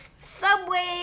Subway